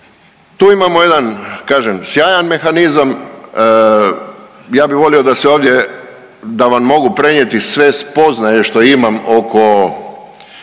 tu imamo jedan kažem sjajan mehanizam, ja bi volio da se ovdje da vam mogu prenijeti sve spoznaje što imam oko